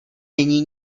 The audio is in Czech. není